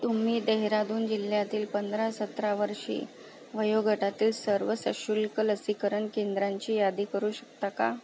तुम्ही देहराडून जिल्ह्यातील पंधरा सतरा वर्षे वयोगटातील सर्व सशुल्क लसीकरण केंद्रांची यादी करू शकता का